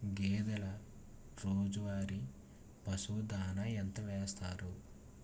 గేదెల రోజువారి పశువు దాణాఎంత వేస్తారు?